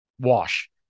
wash